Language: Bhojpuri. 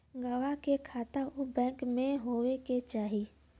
गवाह के खाता उ बैंक में होए के चाही